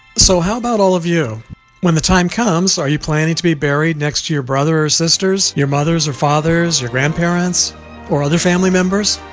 so how about all of you when the time comes are you planning to be buried next to your brother or sisters? your mother's or father's your grandparents or other family members.